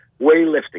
weightlifting